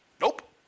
Nope